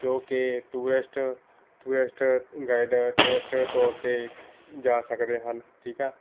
ਜੋ ਕਿ tourist tourist guide tourist ਤੌਰ 'ਤੇ ਜਾ ਸਕਦੇ ਹਨ ਠੀਕ ਹੈ